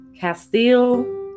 Castile